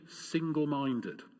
single-minded